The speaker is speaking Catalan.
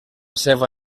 seva